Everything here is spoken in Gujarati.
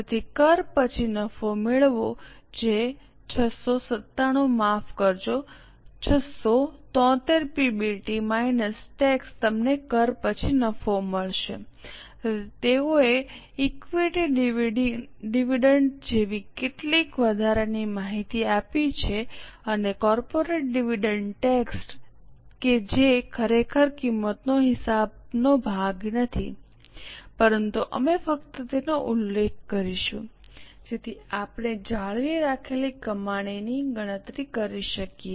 તેથી કર પછી નફો મેળવો જે 697 માફ કરજો 673 પીબીટી માઇનસ ટેક્સ તમને કર પછી નફો મળશે પછી તેઓએ ઇક્વિટી ડિવિડન્ડ જેવી કેટલીક વધારાની માહિતી આપી છે અને કોર્પોરેટ ડિવિડન્ડ ટેક્સ કે જે ખરેખર કિંમતનો હિસાબનો ભાગ નથી પરંતુ અમે ફક્ત તેનો ઉલ્લેખ કરીશું જેથી આપણે જાળવી રાખેલી કમાણીની ગણતરી કરી શકીએ